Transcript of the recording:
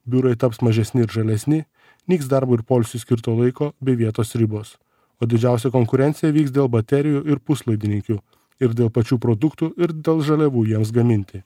biurai taps mažesni ir žalesni nyks darbo ir poilsiui skirto laiko bei vietos ribos o didžiausia konkurencija vyks dėl baterijų ir puslaidininkių ir dėl pačių produktų ir dėl žaliavų jiems gaminti